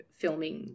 filming